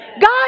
God